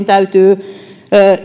täytyy